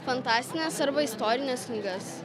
fantastinės arba istorines knygas